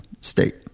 state